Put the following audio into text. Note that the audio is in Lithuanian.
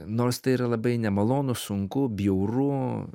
nors tai yra labai nemalonu sunku bjauru